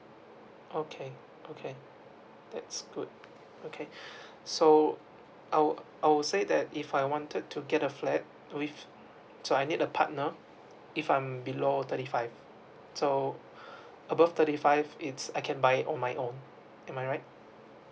okay okay that's good okay so I would I would say that if I wanted to get a flat with so I need a partner if I'm below thirty five so above thirty five it's I can buy on my own am I right